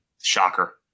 Shocker